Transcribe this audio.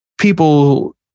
people